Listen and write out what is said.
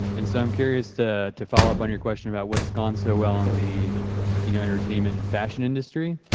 and so i'm curious to to follow up on your question about what's gone so well on the you know entertainment and fashion industry.